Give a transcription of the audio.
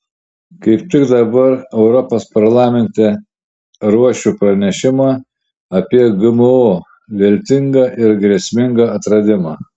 kaip tik dabar europos parlamente ruošiu pranešimą apie gmo viltingą ir grėsmingą atradimą